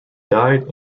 died